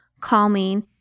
calming